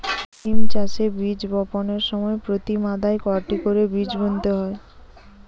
সিম চাষে বীজ বপনের সময় প্রতি মাদায় কয়টি করে বীজ বুনতে হয়?